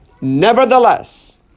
Nevertheless